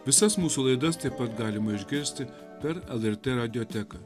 visas mūsų laidas taip pat galima išgirsti per lrt radioteką